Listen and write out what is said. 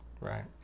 Right